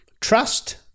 trust